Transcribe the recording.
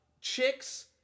chicks